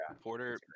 Porter